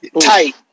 Tight